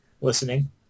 listening